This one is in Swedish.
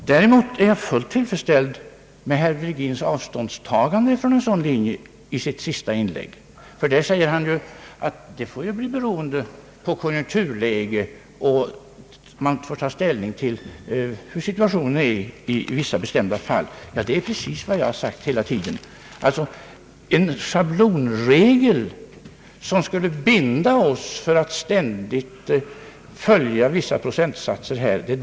Däremot är jag fullt tillfredsställd med herr Virgins avståndstagande från en sådan linje i hans senaste inlägg, där han säger att det får bli beroende på konjunkturläget och att man får ta ställning till hur situationen är i varje särskilt fall. Det är precis vad jag har sagt hela tiden. Jag opponerar mig bestämt mot en schablonregel, som skulle binda oss vid att ständigt följa vissa procentsatser.